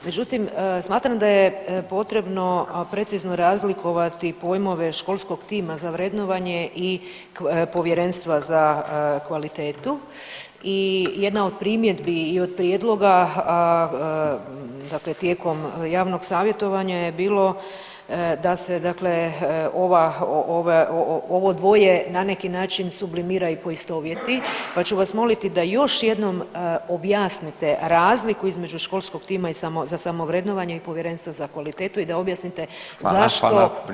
Međutim, smatram da je potrebno precizno razlikovati pojmove školskog tima za vrednovanje i Povjerenstva za kvalitetu i jedna od primjedbi i od prijedloga, dakle tijekom javnog savjetovanja je bilo da se dakle ovo dvoje na neki način sublimira i poistovjeti, pa ću vas moliti da još jednom objasnite razliku između školskog tima i samo, za samovrednovanje i Povjerenstva za kvalitetu i da objasnite zašto